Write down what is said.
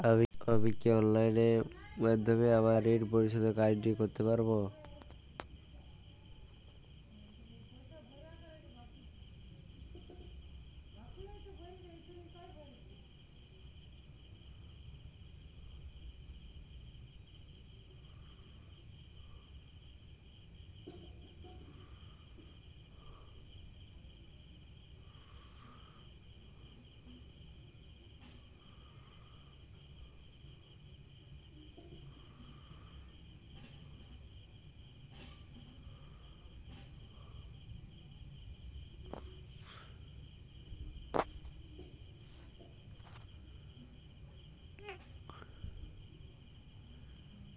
আমি কি অনলাইন মাধ্যমে আমার ঋণ পরিশোধের কাজটি করতে পারব?